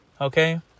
okay